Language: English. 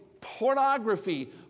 pornography